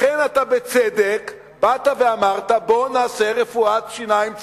לכן בצדק אמרת, בואו נעשה רפואת שיניים ציבורית.